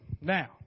Now